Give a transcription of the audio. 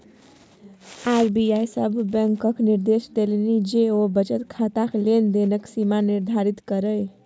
RBI सभ बैंककेँ निदेर्श देलनि जे ओ बचत खाताक लेन देनक सीमा निर्धारित करय